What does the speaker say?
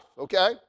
Okay